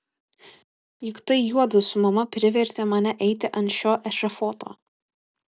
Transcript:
juk tai juodu su mama privertė mane eiti ant šio ešafoto